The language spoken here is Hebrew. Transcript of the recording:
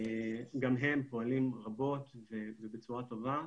גם הם פועלים רבות ובצורה טובה,